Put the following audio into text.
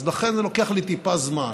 אז לכן זה לוקח לי טיפה זמן.